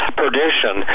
perdition